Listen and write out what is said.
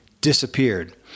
disappeared